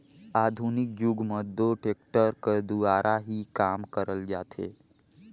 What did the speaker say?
आधुनिक जुग मे दो टेक्टर कर दुवारा ही काम करल जाथे